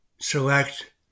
select